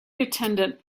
attendant